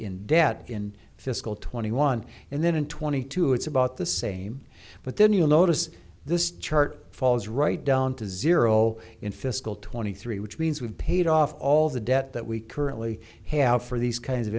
in debt in fiscal twenty one and then in twenty two it's about the same but then you'll notice this chart falls right down to zero in fiscal twenty three which means we've paid off all the debt that we currently have for these kinds of